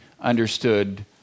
understood